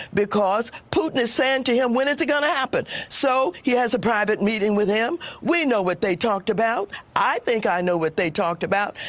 because putin is saying to him, when is it gonna happen? so he has a private meeting with him. we know what they talked about. i think i know what they talked about.